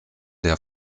der